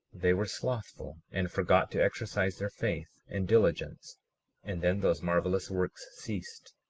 they were slothful, and forgot to exercise their faith and diligence and then those marvelous works ceased,